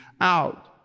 out